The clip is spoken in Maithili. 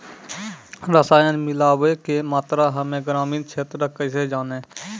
रसायन मिलाबै के मात्रा हम्मे ग्रामीण क्षेत्रक कैसे जानै?